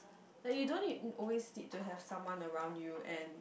like you don't need always need to have someone around you and